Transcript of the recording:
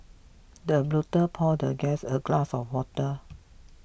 the butler poured the guest a glass of water